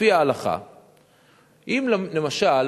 לפי ההלכה, אם למשל